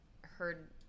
heard